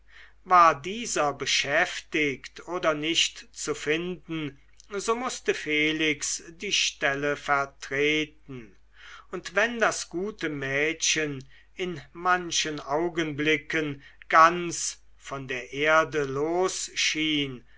war dieser beschäftigt oder nicht zu finden so mußte felix die stelle vertreten und wenn das gute mädchen in manchen augenblicken ganz von der erde los